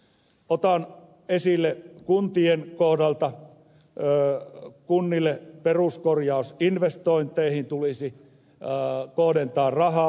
otan esille kuntien kohdalta että kunnille peruskorjausinvestointeihin tulisi kohdentaa rahaa